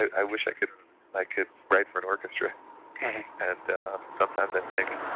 i wish i could i could write for an orchestra and sometimes i think,